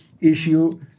issue